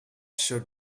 should